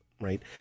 right